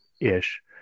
ish